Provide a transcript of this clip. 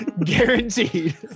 Guaranteed